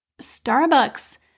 Starbucks